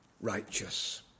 righteous